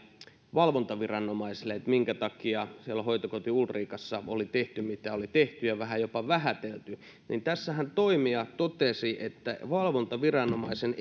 valvontaviranomaisille siitä minkä takia siellä hoitokoti ulrikassa oli tehty mitä oli tehty ja tekoja oli vähän jopa vähätelty siinähän toimija totesi että valvontaviranomaisen